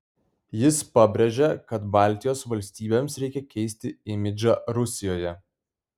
jis pabrėžė kad baltijos valstybėms reikia keisti imidžą rusijoje